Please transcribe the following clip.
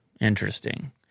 Interesting